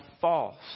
false